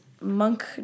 Monk